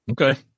okay